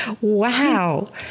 Wow